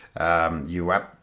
UAP